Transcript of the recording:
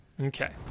Okay